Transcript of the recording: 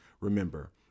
Remember